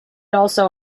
also